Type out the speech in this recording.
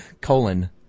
colon